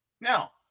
Now